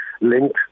linked